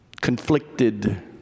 conflicted